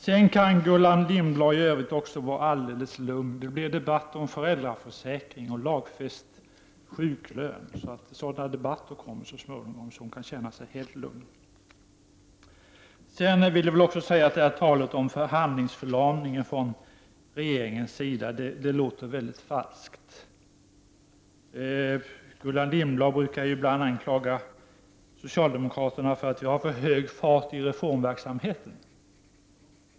Sedan kan Gullan Lindblad i övrigt vara helt lugn: det blir så småningom debatter om föräldraförsäkring och lagfäst sjuklön. Till talet om handlingsförlamning från regeringens sida vill jag säga att det låter mycket falskt. Gullan Lindblad brukar ibland anklaga socialdemokraterna för att ha för hög fart i reformverksamheten.